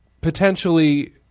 potentially